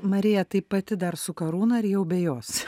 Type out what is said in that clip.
marija tai pati dar su karūna ar jau be jos